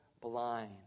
blind